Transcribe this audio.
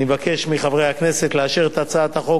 אני מבקש מחברי הכנסת לאשר את הצעת החוק